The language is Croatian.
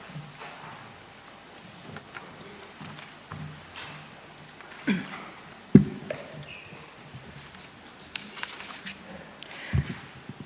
Hvala vam